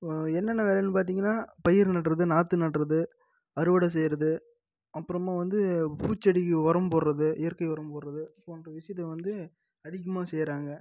என்னென்ன வேலைன்னு பார்த்திங்கனா பயிர் நடுறது நாற்று நடுறது அறுவடை செய்கிறது அப்புறமா வந்து பூச்செடிக்கு உரம் போடுறது இயற்கை உரம் போடுறது போன்ற விஷயத்தை வந்து அதிகமாக செய்கிறாங்க